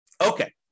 Okay